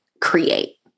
create